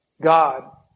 God